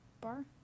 Bar